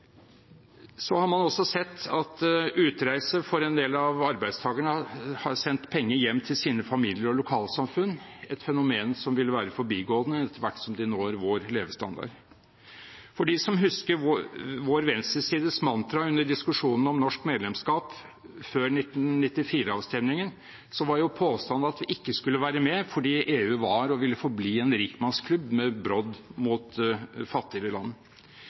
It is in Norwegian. også utreise for en del av arbeidstakerne som har sendt penger hjem til sine familier og lokalsamfunn, et fenomen som vil være forbigående etter hvert som de når vår levestandard. For dem som husker vår venstresides mantra under diskusjonen om norsk medlemskap før 1994-avstemmingen: Påstanden var at vi ikke skulle være med fordi EU var og ville forbli en rikmannsklubb med brodd mot fattigere land.